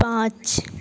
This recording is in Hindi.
पांच